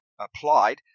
applied